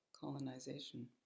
colonization